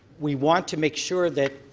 we want to make sure that